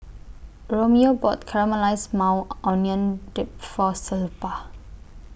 Romeo bought Caramelized Maui Onion Dip For Zilpah